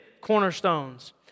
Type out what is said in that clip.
cornerstones